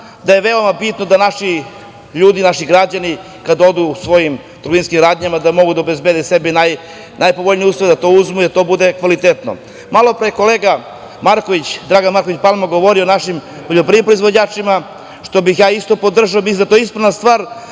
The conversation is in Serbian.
da je veoma bitno da naši ljudi, naši građani, kada odu u trgovinske radnje da mogu da obezbede sebi najpovoljnije uslove da nešto kupe i da to bude kvalitetno. Malo pre je kolega Dragan Marković Palma govorio o našim poljoprivrednim proizvođačima, što bih ja isto podržao. Mislim da je to ispravna stvar.